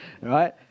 Right